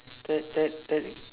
tir~ tir~ tiring